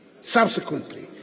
Subsequently